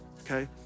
okay